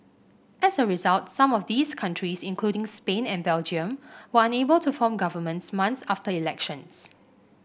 as a result some of these countries including Spain and Belgium were unable to form governments months after elections